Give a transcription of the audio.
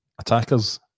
attackers